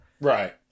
Right